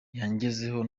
yangezeho